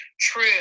true